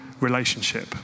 relationship